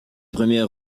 premiers